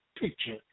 picture